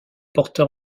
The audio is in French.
porter